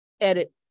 edit